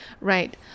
Right